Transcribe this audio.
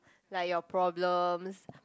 like your problems